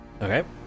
Okay